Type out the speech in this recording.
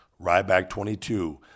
Ryback22